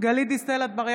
גלית דיסטל אטבריאן, בעד